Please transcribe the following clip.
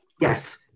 yes